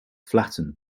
flattened